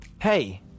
hey